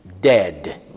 dead